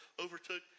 overtook